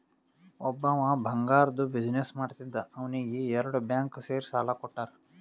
ಒಬ್ಬವ್ ಬಂಗಾರ್ದು ಬಿಸಿನ್ನೆಸ್ ಮಾಡ್ತಿದ್ದ ಅವ್ನಿಗ ಎರಡು ಬ್ಯಾಂಕ್ ಸೇರಿ ಸಾಲಾ ಕೊಟ್ಟಾರ್